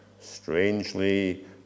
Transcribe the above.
strangely